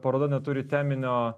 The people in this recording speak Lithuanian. paroda neturi teminio